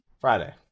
Friday